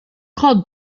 called